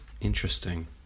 Interesting